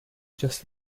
just